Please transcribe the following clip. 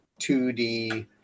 2D